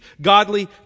godly